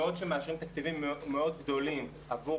בעוד שמאשרים תקציבים מאוד גדלים עבור